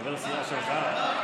חבר סיעה שלך.